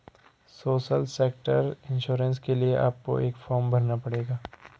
social sector insurance के लिए आपको एक फॉर्म भरना पड़ेगा